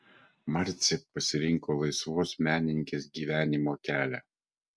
marcė pasirinko laisvos menininkės gyvenimo kelią